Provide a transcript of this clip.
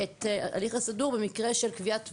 את הליך הסידור במקרה של קביעת תוואי.